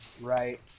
Right